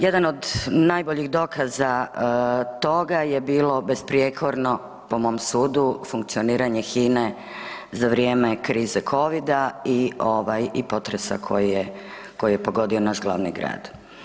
Jedan od najboljih dokaza toga je bilo besprijekorno, po mom sudu, funkcioniranje HINA-e za vrijeme krize Covida i potresa koji je pogodio naš glavni grad.